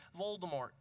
Voldemort